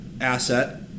asset